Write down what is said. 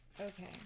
Okay